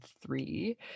three